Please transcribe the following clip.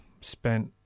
spent